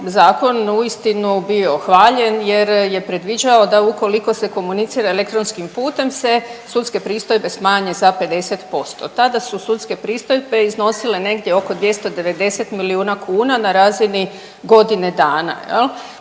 zakon uistinu bio hvaljen jer je predviđao da ukoliko se komunicira elektronskim putem se sudske pristojbe smanje za 50%. Tada su sudske pristojbe iznosile negdje oko 290 milijuna kuna na razini godine dana